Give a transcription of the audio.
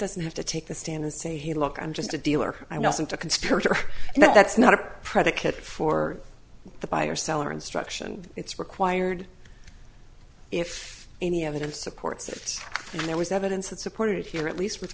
doesn't have to take the stand and say hey look i'm just a dealer i wasn't a conspirator and that's not a predicate for the buyer seller instruction it's required if any evidence supports that there was evidence that supported here at least with